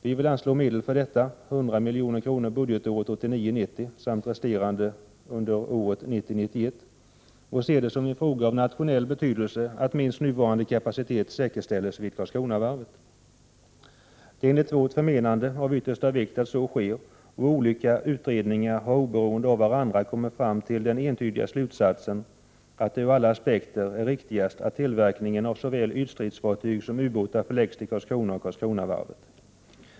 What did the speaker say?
Vi vill anslå medel för detta — 100 milj.kr. budgetåret 1989 91 — och ser det som en fråga av nationell betydelse att minst nuvarande kapacitet säkerställs vid Karlskronavarvet. Det är enligt vårt förmenande av yttersta vikt att så sker, och olika utredningar har oberoende av varandra kommit till den entydiga slutsatsen, att det ur alla aspekter är riktigast att tillverkningen av såväl ytstridsfartyg som ubåtar förläggs till Karlskrona och Karlskronavarvet.